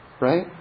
Right